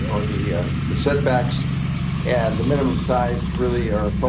or the the setbacks and the minimum size really are